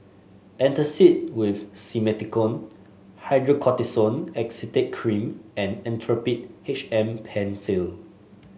Antacid with Simethicone Hydrocortisone Acetate Cream and Actrapid H M Penfill